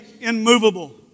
immovable